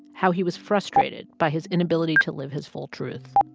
how he was frustrated by his inability to live his full truth.